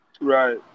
Right